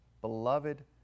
Beloved